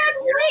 wait